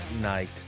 night